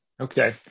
Okay